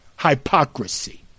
hypocrisy